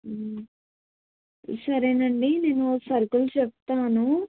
సరేనండి నేను సరుకులు చెప్తాను